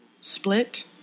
Split